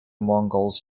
mongols